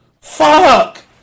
Fuck